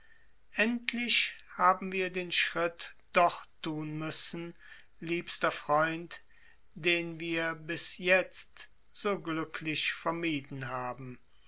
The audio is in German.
endlich haben wir den schritt doch tun müssen liebster freund den wir bis jetzt so glücklich vermieden haben